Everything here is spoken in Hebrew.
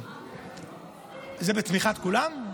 זה בתמיכת כולם?